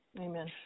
Amen